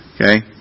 Okay